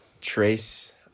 Trace